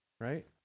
right